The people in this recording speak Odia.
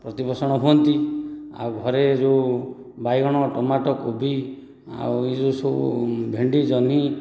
ପ୍ରତିପୋଷଣ ହୁଅନ୍ତି ଆଉ ଘରେ ଯେଉଁ ବାଇଗଣ ଟମାଟୋ କୋବି ଆଉ ଏହି ଯେଉଁ ସବୁ ଭେଣ୍ଡି ଜହ୍ନି